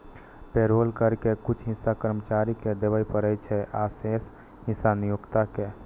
payroll कर के कुछ हिस्सा कर्मचारी कें देबय पड़ै छै, आ शेष हिस्सा नियोक्ता कें